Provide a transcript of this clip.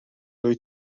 wyt